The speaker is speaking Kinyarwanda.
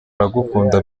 aragukunda